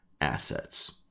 assets